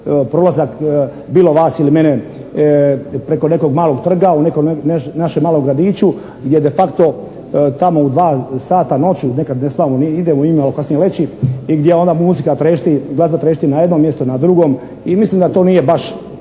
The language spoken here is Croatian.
prolazak bilo vas ili mene preko nekog malog trga u nekom našem malom gradiću je de facto tamo u dva sata noću, nekad ne spavamo idemo i mi malo kasnije leći i gdje onda muzika trešti, glazba trešti na jednom mjestu, na drugom i mislim da to nije baš